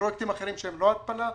לפרויקטים אחרים שהם לא התפלה.